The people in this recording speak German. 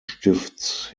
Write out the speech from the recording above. stifts